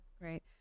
Great